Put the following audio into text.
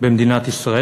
במדינת ישראל.